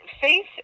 faith